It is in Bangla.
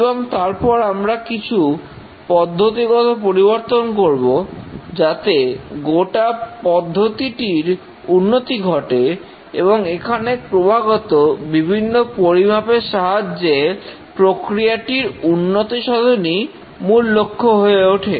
এবং তারপর আমরা কিছু পদ্ধতিগত পরিবর্তন করব যাতে গোটা পদ্ধতিটির উন্নতি ঘটে এবং এখানে ক্রমাগত বিভিন্ন পরিমাপের সাহায্যে প্রক্রিয়াটির উন্নতিসাধনই মূল লক্ষ্য হয়ে ওঠে